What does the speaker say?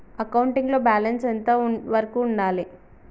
Accounting లో balance ఎంత వరకు ఉండాలి?